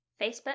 Facebook